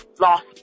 lost